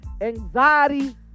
anxiety